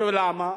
למה?